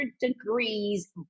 degrees